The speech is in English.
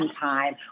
time